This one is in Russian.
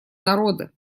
народа